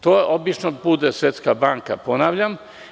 To obično bude Svetska banka, ponavljam.